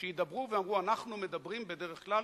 שידברו, ואמרו: אנחנו מדברים בדרך כלל